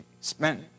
spent